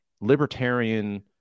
libertarian